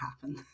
happen